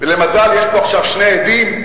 למזלי יש פה עכשיו שני עדים.